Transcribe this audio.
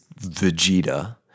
Vegeta